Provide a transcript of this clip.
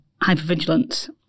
hypervigilance